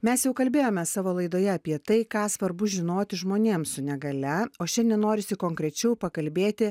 mes jau kalbėjome savo laidoje apie tai ką svarbu žinoti žmonėm su negalia o šiandien norisi konkrečiau pakalbėti